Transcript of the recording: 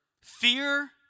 Fear